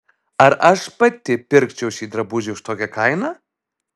ar aš pati pirkčiau šį drabužį už tokią kainą